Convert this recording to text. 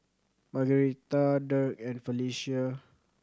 Margueritta Dirk and Felecia